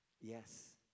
Yes